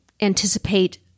anticipate